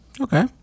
Okay